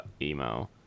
emo